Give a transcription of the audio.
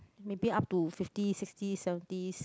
maybe up to fifty sixty seventies